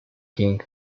king